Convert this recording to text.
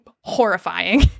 horrifying